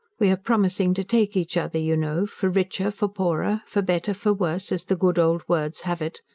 we are promising to take each other, you know, for richer for poorer, for better for worse as the good old words have it.